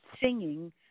singing